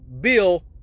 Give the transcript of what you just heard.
bill